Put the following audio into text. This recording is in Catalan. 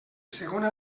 segona